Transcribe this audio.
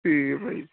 ਠੀਕ ਹੈ ਭਾਅ ਜੀ